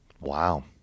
Wow